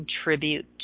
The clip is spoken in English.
contribute